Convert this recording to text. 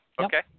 Okay